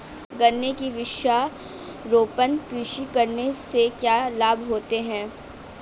गन्ने की वृक्षारोपण कृषि करने से क्या लाभ होते हैं?